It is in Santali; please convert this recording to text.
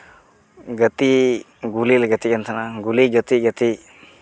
ᱜᱟᱛᱮ ᱜᱩᱞᱤ ᱞᱮ ᱜᱟᱛᱮ ᱠᱟᱱ ᱛᱟᱦᱮᱱᱟ ᱜᱩᱞᱤ ᱜᱟᱛᱮ ᱜᱟᱛᱮ